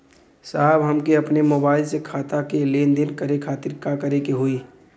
साहब हमके अपने मोबाइल से खाता के लेनदेन करे खातिर का करे के होई?